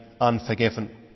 unforgiven